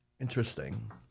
Interesting